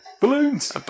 Balloons